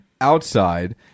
outside